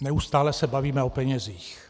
Neustále se bavíme o penězích.